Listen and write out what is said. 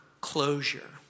closure